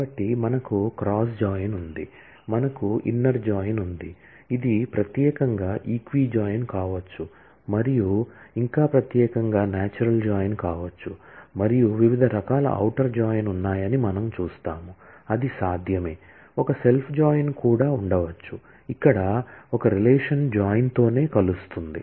కాబట్టి మనకు cross join కూడా ఉండవచ్చు ఇక్కడ ఒక రిలేషన్ జాయిన్ తోనే కలుస్తుంది